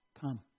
come